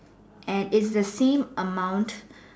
and it's the same amount